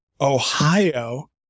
ohio